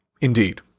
Indeed